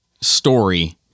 story